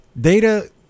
data